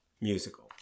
musical